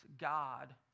God